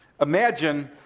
Imagine